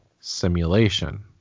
simulation